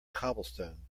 cobblestone